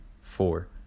four